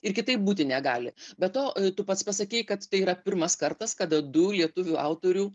ir kitaip būti negali be to tu pats pasakei kad tai yra pirmas kartas kada du lietuvių autorių